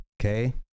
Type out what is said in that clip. Okay